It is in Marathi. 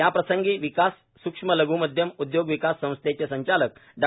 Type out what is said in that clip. याप्रसंगी विकास सूक्ष्म लघ् आणि मध्यम उदयोग विकास संस्थेचे संचालक डॉ